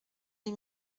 les